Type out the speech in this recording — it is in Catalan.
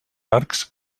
arcs